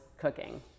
cooking